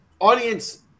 audience